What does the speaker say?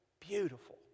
beautiful